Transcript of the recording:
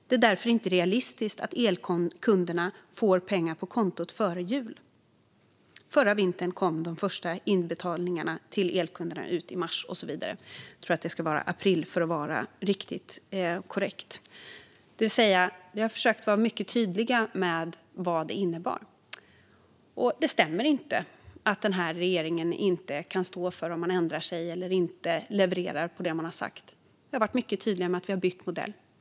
Det är därför inte realistiskt att elkunderna får pengar på kontot före jul. Förra vintern kom de första inbetalningarna till elkunder ut i mars." Jag tror att det ska vara april, för att vara riktigt korrekt. Vi har alltså försökt vara mycket tydliga med vad det innebar. Det stämmer inte att regeringen inte kan stå för om vi ändrar oss och inte levererar det vi har sagt. Vi har varit mycket tydliga med att vi har bytt modell.